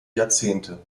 jahrzehnte